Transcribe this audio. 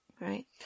right